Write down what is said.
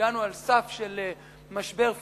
והגענו אל סף של משבר פיננסי,